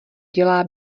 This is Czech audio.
dělá